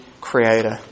creator